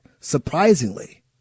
surprisingly